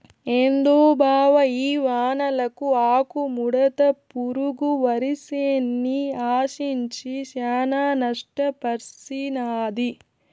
ఏందో బావ ఈ వానలకు ఆకుముడత పురుగు వరిసేన్ని ఆశించి శానా నష్టపర్సినాది